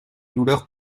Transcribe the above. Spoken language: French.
douleur